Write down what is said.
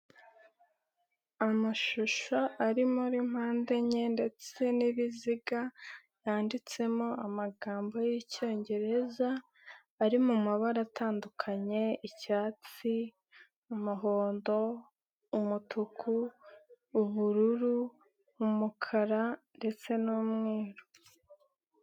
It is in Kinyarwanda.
Amashusho ari muri mpande enye ndetse n'ibiziga, yanditsemo amagambo y'icyongereza, ari mu mabara atandukanye, icyatsi, umuhondo, umutuku, ubururu, umukara ndetse n'umweru.